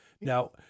Now